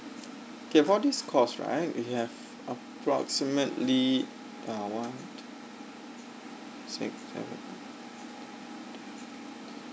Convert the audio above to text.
okay for this course right we have approximately uh one two six seven